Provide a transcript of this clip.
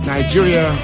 Nigeria